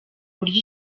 buryo